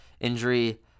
injury